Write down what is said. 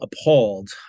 appalled